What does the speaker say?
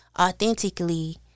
authentically